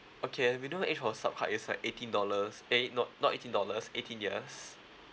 okay the minimum age for a sup card is like eighteen dollars eh not not eighteen dollars eighteen years